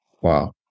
Wow